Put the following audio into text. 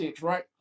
right